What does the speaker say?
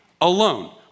alone